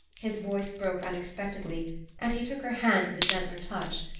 his voice broke unexpectedly and he took her hand with a gentler touch.